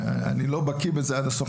אני לא בקיא בזה עד הסוף,